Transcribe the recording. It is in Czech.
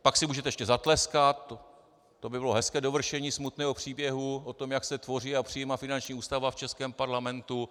Pak si můžete ještě zatleskat, to by bylo hezké dovršení smutného příběhu o tom, jak se tvoří a přijímá finanční ústava v českém parlamentu.